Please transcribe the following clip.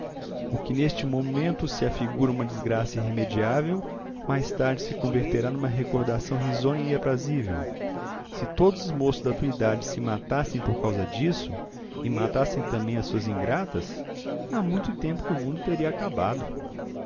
o que neste momento se te afigura uma desgraça irremediável mais tarde se converterá numa recordação risonha e aprazível se todos os moços da tua idade se matassem por causa disso e matassem também as suas ingratas há muito tempo que o mundo teria acabado